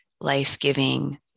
life-giving